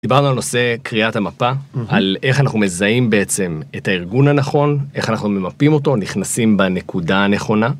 דיברנו על נושא קריאת המפה, על איך אנחנו מזהים בעצם את הארגון הנכון, איך אנחנו ממפים אותו, נכנסים בנקודה הנכונה.